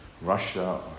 Russia